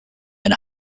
and